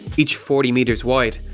each forty metres wide,